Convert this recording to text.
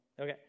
Okay